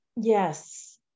Yes